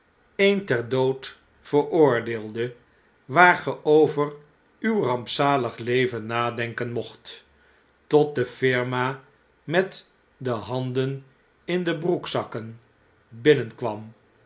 een ter dood veroordeelde waar ge over uw rampzalig leven nadenken mocht tot de firma met de handen in de broekzakken binnenkwam